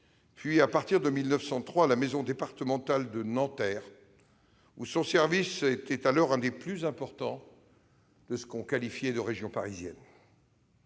puis, à partir de 1903, à la « Maison départementale de Nanterre », où son service fut l'un des plus importants de ce que l'on appelait la région parisienne.